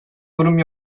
yorum